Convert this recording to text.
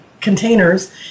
containers